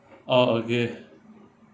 oh okay